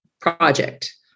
project